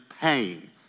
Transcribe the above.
pain